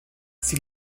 sie